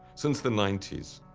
since the ninety s.